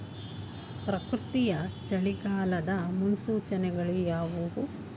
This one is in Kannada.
ಪ್ರಕೃತಿಯ ಚಳಿಗಾಲದ ಮುನ್ಸೂಚನೆಗಳು ಯಾವುವು?